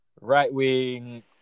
Right-wing